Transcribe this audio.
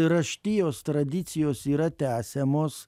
raštijos tradicijos yra tęsiamos